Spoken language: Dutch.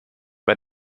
bij